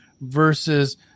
versus